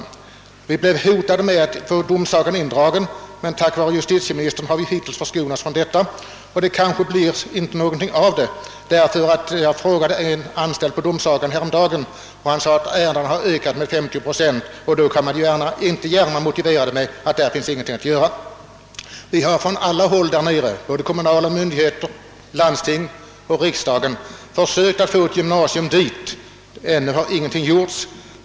Vi har blivit hotade med att få domsagan indragen, men tack vare justitieministern har vi hittills förskonats från detta. Det blir kanske inte heller något av med saken — jag frågade en av de anställda på domsagan häromdagen och han sade att antalet ärenden ökat med 50 procent. Då kan man ju inte gärna motivera en indragning med att att det inte finns något att göra på domsagan. Vi har från alla håll där nere — från kommunala myndigheter, från landstinget och från bygdens riksdagsrepresentanter — försökt få ett gymnasium. Ännu har ingenting gjorts.